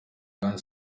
kandi